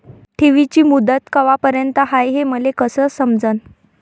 ठेवीची मुदत कवापर्यंत हाय हे मले कस समजन?